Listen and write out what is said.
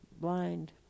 blind